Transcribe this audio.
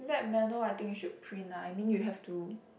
lab manual I think you should print lah I mean you have to